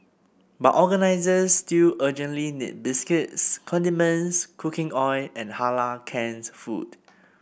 but organisers still urgently need biscuits condiments cooking oil and Halal canned food